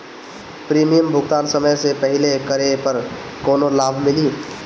Premium भुगतान समय से पहिले करे पर कौनो लाभ मिली?